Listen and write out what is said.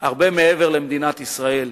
הרבה מעבר למדינת ישראל,